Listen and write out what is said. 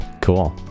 Cool